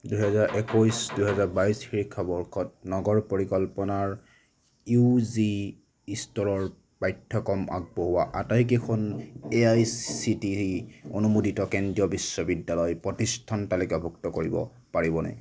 দুহেজাৰ একৈছ দুহেজাৰ বাইছ শিক্ষাবৰ্ষত নগৰ পৰিকল্পনাৰ ইউ জি স্তৰৰ পাঠ্যক্ৰম আগবঢ়োৱা আটাইকেইখন A I C T E অনুমোদিত কেন্দ্ৰীয় বিশ্ববিদ্যালয় প্ৰতিষ্ঠান তালিকাভুক্ত কৰিব পাৰিবনে